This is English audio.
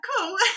cool